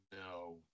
no